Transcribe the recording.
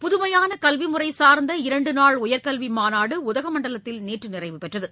புதுமையான கல்விமுறை சார்ந்த இரண்டு நாள் உயர்கல்வி மாநாடு உதகமண்டலத்தில் நேற்று நிறைவு பெற்றது